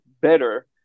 better